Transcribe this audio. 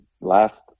last